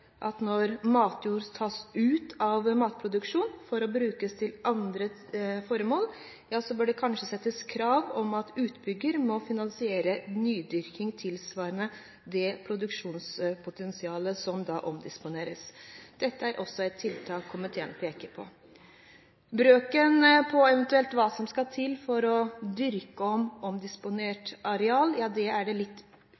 at når matjord tas ut av matproduksjon for å brukes til andre formål, bør det kanskje settes krav om at utbygger må finansiere nydyrking tilsvarende det produksjonspotensialet som da omdisponeres. Dette er også et tiltak komiteen peker på. Brøken på hva som eventuelt skal til for å dyrke om omdisponert areal, er det litt faglig uenighet om.